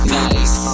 nice